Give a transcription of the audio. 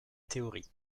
théorie